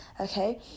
okay